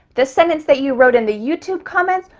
the sentence that you wrote in the youtube comments,